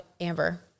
Amber